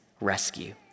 rescue